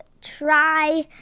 try